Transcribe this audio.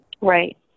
Right